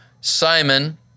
Simon